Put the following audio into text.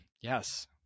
yes